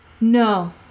No